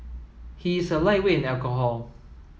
he is a lightweight in alcohol